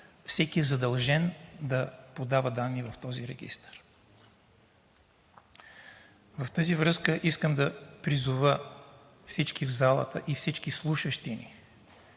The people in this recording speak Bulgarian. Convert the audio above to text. всеки е задължен да подава данни в този регистър. В тази връзка искам да призова всички в залата и всички слушащи.